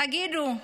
תגידו,